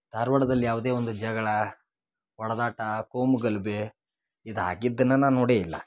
ದಾರ್ವಾಡದಲ್ ಯಾವ್ದೇ ಒಂದು ಜಗಳ ಹೊಡದಾಟ ಕೋಮು ಗಲಭೆ ಇದು ಆಗಿದ್ದನ್ನು ನಾ ನೋಡೇ ಇಲ್ಲ